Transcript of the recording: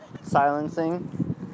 Silencing